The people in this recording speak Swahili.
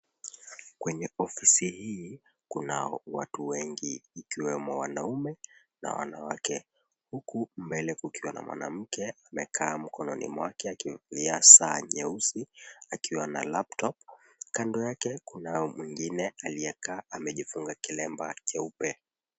Kwenye ofisi hii kuna watu wengi ikiwemo wanaume na wanawake huku mbele kukiwa na mwanamke amekaa mkononi mwake akivalia saa nyeusi akiwa na laptop ,kando yake kuna mwingine aliyekaa amejifunga kilemba cheupe.